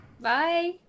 Bye